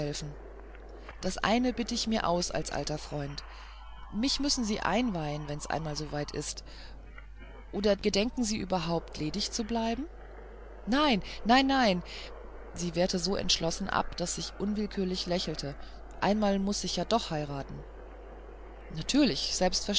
das eine bitte ich mir aus als alter freund mich müssen sie einweihen wenn's einmal so weit ist oder gedenken sie überhaupt ledig zu bleiben nein nein nein sie wehrte so entschlossen ab daß ich unwillkürlich lächelte einmal muß ich ja doch heiraten natürlich selbstverständlich